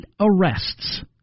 arrests